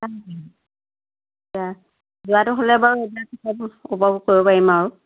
এতিয়া যোৱাটো হ'লে বাৰু কৰিব পাৰিম আৰু